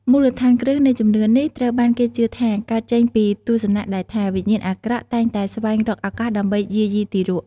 មូលដ្ឋានគ្រឹះនៃជំនឿនេះត្រូវបានគេជឿថា កើតចេញពីទស្សនៈដែលថា វិញ្ញាណអាក្រក់តែងតែស្វែងរកឱកាសដើម្បីយាយីទារក។